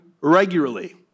regularly